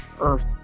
earth